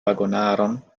vagonaron